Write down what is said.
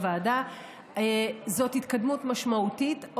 זאת התקדמות משמעותית,